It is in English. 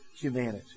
humanity